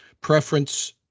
Preference